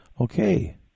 Okay